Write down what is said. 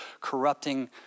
corrupting